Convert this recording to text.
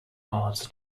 arts